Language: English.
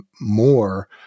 More